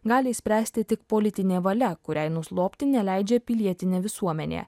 gali išspręsti tik politinė valia kuriai nuslopti neleidžia pilietinė visuomenė